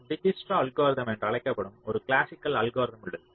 Dijkstra algorithm என்று அழைக்கப்படும் ஒரு கிளாசிக்கல் அல்கோரிதம் உள்ளது